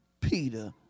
Peter